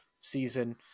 season